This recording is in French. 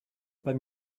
pas